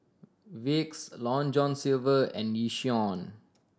Vicks Long John Silver and Yishion